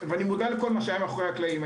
ואני מודע לכל מה שהיה מאחורי הקלעים.